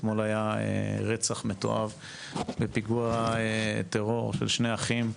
אתמול היה רצח מתועב בפיגוע טרור של שני אחים,